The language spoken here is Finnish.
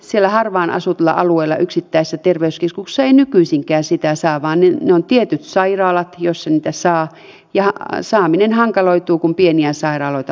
siellä harvaan asutulla alueella yksittäisissä terveyskeskuksissa ei nykyisinkään sitä saa vaan ne ovat tietyt sairaalat joissa niitä saa ja saaminen hankaloituu kun pieniä sairaaloita lopetetaan